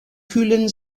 kühlen